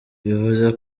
bivuze